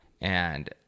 and-